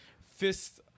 Fist